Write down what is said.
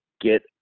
get